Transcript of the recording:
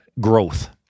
growth